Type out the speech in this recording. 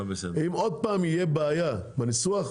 אם תהיה עוד פעם בעיה עם הניסוח,